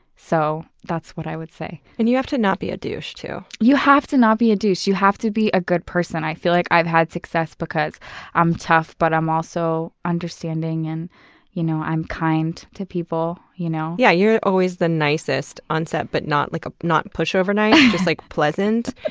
so that's what i would say. and you have to not be a douche, too. you have to not be a douche. you have to be a good person. i feel like i've had success because i'm tough, but i'm also understanding. and you know i'm kind to people. you know yeah you're always the nicest on set. but not like ah push-over nice, just, like, pleasant.